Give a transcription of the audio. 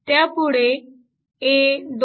त्यापुढे a21